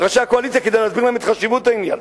הקואליציה כדי להסביר להם את חשיבות העניין.